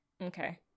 Okay